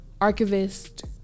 Archivist